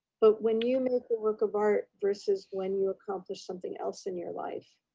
but when you make the work of art, versus when you accomplished something else in your life,